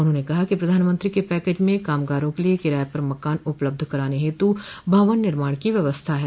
उन्होंने कहा कि प्रधानमंत्री के पैकेज में कामगारों के लिए किराए पर मकान उपलब्ध कराने हेतु भवन निर्माण की व्यवस्था है